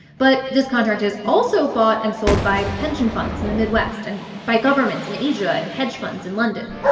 but this contract is also bought and sold by pension funds in the midwest and by governments in asia and hedge funds in london,